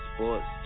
Sports